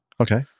Okay